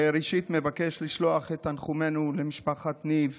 ראשית, מבקש לשלוח את תנחומינו למשפחת יניב